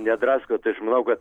nedrasko tai aš manau kad